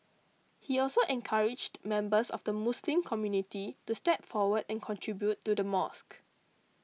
he also encouraged members of the Muslim community to step forward and contribute to the mosque